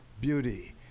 beauty